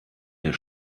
der